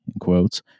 quotes